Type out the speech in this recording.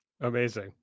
Amazing